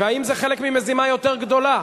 והאם זה חלק ממזימה יותר גדולה?